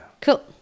Cool